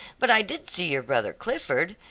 but i did see your brother clifford.